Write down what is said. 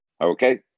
Okay